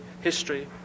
history